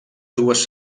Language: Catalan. dues